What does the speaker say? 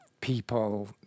people